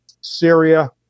Syria